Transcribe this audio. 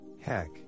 heck